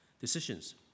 decisions